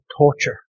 torture